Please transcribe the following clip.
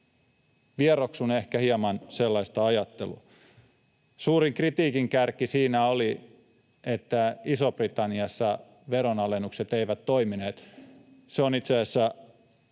Vieroksun ehkä hieman sellaista ajattelua. Suurin kritiikin kärki siinä oli, että Isossa-Britanniassa veronalennukset eivät toimineet. Se on itse asiassa